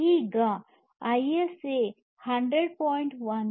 ಈಗ ಐಎಸ್ಎ 100